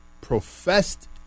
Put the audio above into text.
professed